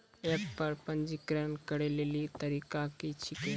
App पर पंजीकरण करै लेली तरीका की छियै?